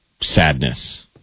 sadness